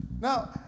now